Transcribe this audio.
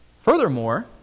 Furthermore